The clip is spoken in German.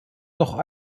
noch